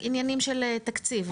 עניינים של תקציב.